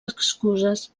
excuses